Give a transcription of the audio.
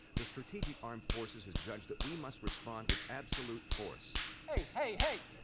the strategic armed forces has judged that we must respond with absolute force. hey! hey, hey!